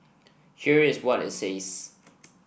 here is what it says